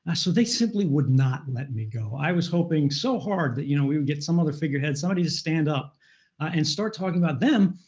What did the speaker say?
so they simply would not let me go. i was hoping so hard that you know we would get some other figurehead, somebody to stand up and start talking about them,